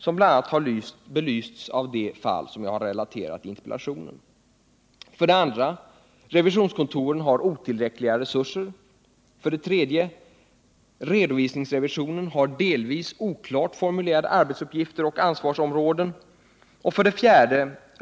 Detta belyses bl.a. av det fall som jag relaterat i interpellationen. 2. Revisionskontoren har otillräckliga resurser. 3. Redovisningsrevisionen har delvis oklart formulerade arbetsuppgifter och ansvarsområden. 4.